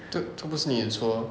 这这不是你的错 lor